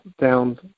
down